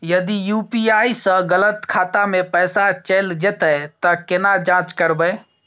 यदि यु.पी.आई स गलत खाता मे पैसा चैल जेतै त केना जाँच करबे?